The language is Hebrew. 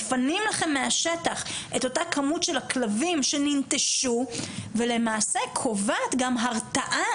מפנים לכם מהשטח את אותה הכמות של הכלבים שננטשו ולמעשה קובעת גם הרתעה